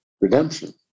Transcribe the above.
redemption